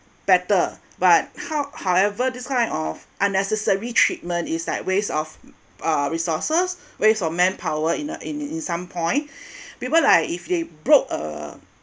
better but how however this kind of unnecessary treatment is like waste of uh resources waste of manpower in uh in in some point people like if they broke uh